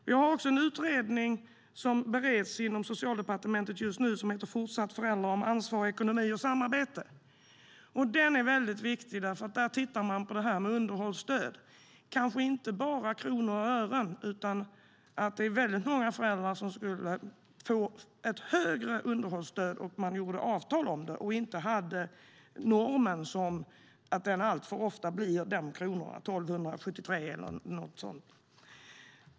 Vi har också ett betänkande som bereds inom Socialdepartementet just nu som heter Fortsatt föräldrar - om ansvar, ekonomi och samarbete för barnets skull . Det är mycket viktigt, för där tittar man på underhållsstöd, kanske inte bara kronor och ören. Det är många föräldrar som skulle få högre underhållsstöd om de gjorde avtal om det och inte hade normen, som det alltför ofta blir, de 1 273 kronor eller vad det är.